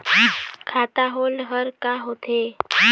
खाता होल्ड हर का होथे?